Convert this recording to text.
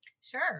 Sure